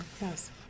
yes